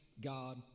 God